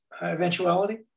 eventuality